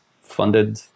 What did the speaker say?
funded